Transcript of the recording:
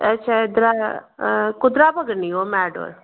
अच्छा इद्धरा कुद्धरा पकड़नी ओह् मेटाडोर